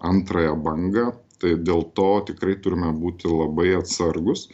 antrąją bangą tai dėl to tikrai turime būti labai atsargūs